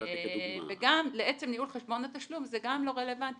גם לעצם ניהול חשבון התשלום זה גם לא רלבנטי.